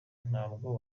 ntabwo